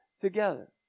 together